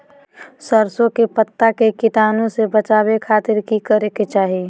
सरसों के पत्ता के कीटाणु से बचावे खातिर की करे के चाही?